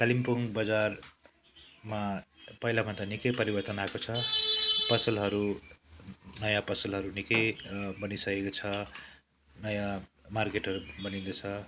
कालिम्पोङ बजारमा पहिलाभन्दा निकै परिवर्तन आएको छ पसलहरू नयाँ पसलहरू निकै बनिइसकेको छ नयाँ मार्केटहरू बनिँदैछ